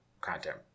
content